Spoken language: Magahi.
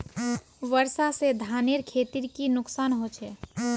वर्षा से धानेर खेतीर की नुकसान होचे?